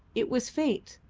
it was fate.